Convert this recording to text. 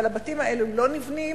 אבל הבתים האלה לא נבנים.